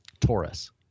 Taurus